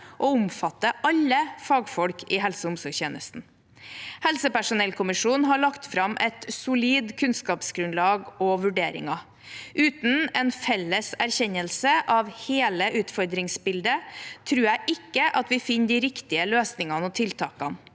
og omfatter alle fagfolk i helse- og omsorgstjenesten. Helsepersonellkommisjonen har lagt fram et solid kunnskapsgrunnlag og solide vurderinger. Uten en felles erkjennelse av hele utfordringsbildet tror jeg ikke at vi finner de riktige løsningene og tiltakene.